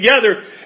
together